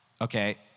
Okay